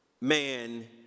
man